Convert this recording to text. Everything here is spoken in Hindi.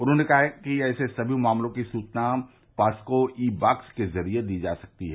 उन्होंने कहा कि ऐसे सभी मामलों की सूचना पॉक्सो ई बॉक्स के जरिए दी जा सकती है